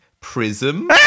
Prism